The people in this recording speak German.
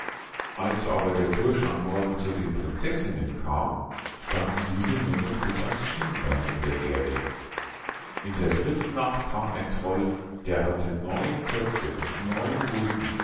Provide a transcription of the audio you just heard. als aber der bursch am morgen zu den prinzessinnen kam standen diese nur noch bis ans schienbein in der erde in der dritten nacht kam ein troll der hatte neun köpfe und neun ruthen